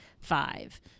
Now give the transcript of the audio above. five